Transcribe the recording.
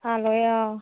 ভাল হয় অঁ